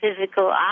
physical